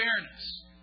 fairness